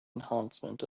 enhancement